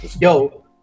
Yo